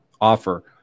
offer